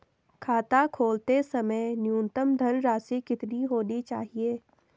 खाता खोलते समय न्यूनतम धनराशि कितनी होनी चाहिए?